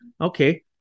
Okay